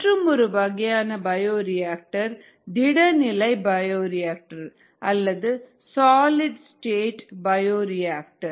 மற்றும் ஒரு வகையான பயோரிஆக்டர் திட நிலை பயோரியாக்டர் அல்லது சாலிட் ஸ்டேட் பயோரியாக்டர்